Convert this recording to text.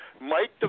Mike